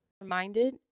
Reminded